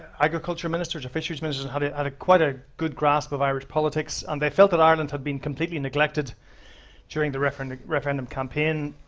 agriculture minister. the fishermen had a had a quite a good grasp of irish politics. and they felt that ireland have been completely neglected during the referendum referendum campaign,